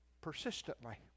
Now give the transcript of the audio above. persistently